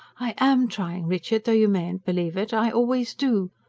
i am trying, richard, though you mayn't believe it. i always do.